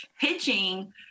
pitching